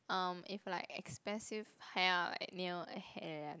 um if like expensive hair like nail hair